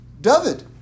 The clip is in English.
David